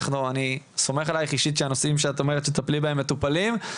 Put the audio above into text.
אני סומך עליך אישית שהנושאים שאת אומרת שתטפלי בהם מטופלים.